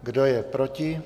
Kdo je proti?